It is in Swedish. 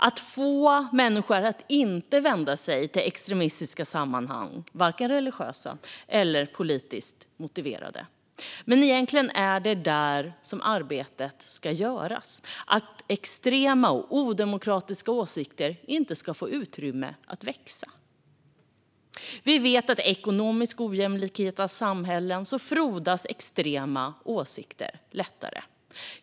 Att få människor att inte vända sig till extremistiska sammanhang, varken religiösa eller politiskt motiverade - det är egentligen där som arbetet ska göras. Extrema och odemokratiska åsikter ska inte få utrymme att växa. Vi vet att i ekonomiskt ojämlika samhällen frodas extrema åsikter lättare.